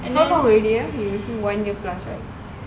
how long already ah one year plus right